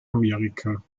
amerika